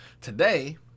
Today